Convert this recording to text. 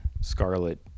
Scarlet